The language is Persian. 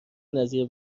نظیر